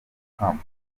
kampala